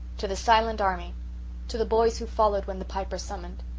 to the silent army to the boys who followed when the piper summoned.